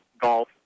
golf